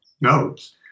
notes